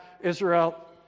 Israel